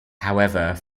however